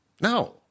No